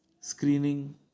screening